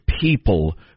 people